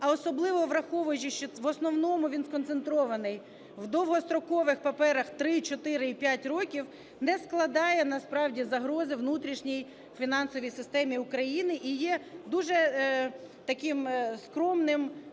а особливо, враховуючи, що в основному він сконцентрований в довгострокових паперах 3, 4 і 5 років, не складає насправді загрози внутрішній фінансовій системі України, і є дуже таким скромним...